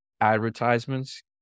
advertisements